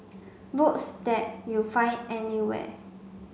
books that you find anywhere